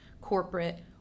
corporate